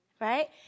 right